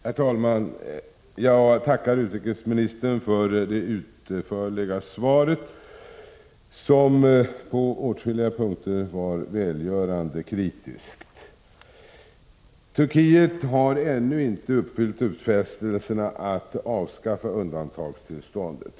Herr talman! Jag tackar utrikesministern för det utförliga svaret, som på åtskilliga punkter var välgörande kritiskt. Turkiet har ännu inte uppfyllt utfästelserna att avskaffa undantagstillståndet.